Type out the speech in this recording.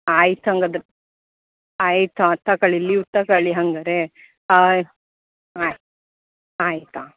ಆಯ್ತು ಹಂಗಾದ್ರೆ ಆಯ್ತು ಹಾಂ ತಗೋಳಿ ಲೀವ್ ತಗೋಳಿ ಹಂಗಾರೆ ಆಯ್ತು ಹಾಂ ಆಯ್ತು ಹಾಂ